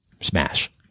smash